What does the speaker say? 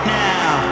now